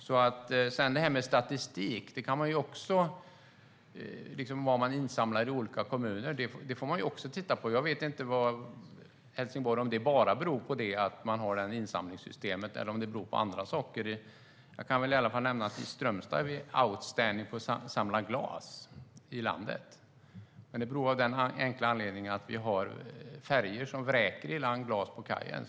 Sedan har vi frågan om statistiken och vad som insamlas i olika kommuner. Det får vi också titta på. Jag vet inte om exemplet med Helsingborg bara beror på insamlingssystemet eller om det beror på andra saker. Jag kan nämna att i Strömstad är vi outstanding i landet på att samla glas. Men det är av den enkla anledningen att färjorna vräker i land glas på kajen.